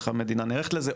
איך המדינה נערכת לזה,